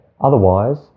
otherwise